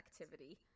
activity